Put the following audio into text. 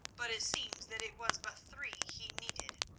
but it seems that it was but three he needed.